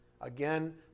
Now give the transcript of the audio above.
again